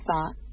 thought